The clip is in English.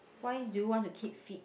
why you want to keep fit